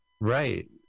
Right